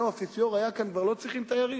זהו, האפיפיור היה כאן וכבר לא צריכים תיירים?